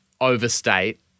overstate